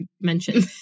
mention